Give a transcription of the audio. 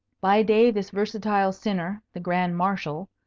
by day this versatile sinner, the grand marshal,